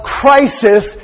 crisis